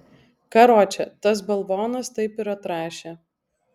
karoče tas balvonas taip ir atrašė